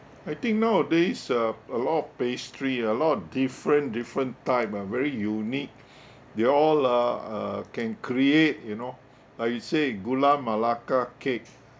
I think nowadays uh a lot of pastry a lot different different type ah very unique they all ah uh can create you know like you say gula melaka cake